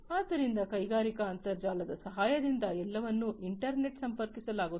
ಆದ್ದರಿಂದ ಕೈಗಾರಿಕಾ ಅಂತರ್ಜಾಲದ ಸಹಾಯದಿಂದ ಎಲ್ಲವನ್ನೂ ಇಂಟರ್ನೆಟ್ಗೆ ಸಂಪರ್ಕಿಸಲಾಗುತ್ತದೆ